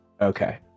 Okay